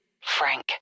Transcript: Frank